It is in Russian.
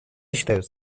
считаются